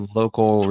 local